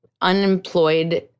unemployed